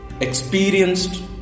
experienced